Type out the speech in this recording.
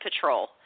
Patrol